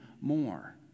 more